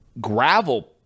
gravel